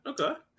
okay